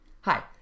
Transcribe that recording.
Hi